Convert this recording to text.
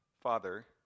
Father